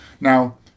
Now